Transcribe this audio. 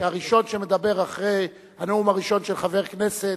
שהראשון שמדבר אחרי הנאום הראשון של חבר כנסת,